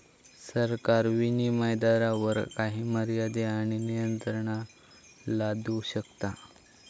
सरकार विनीमय दरावर काही मर्यादे आणि नियंत्रणा लादू शकता